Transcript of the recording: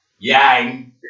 Yang